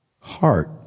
heart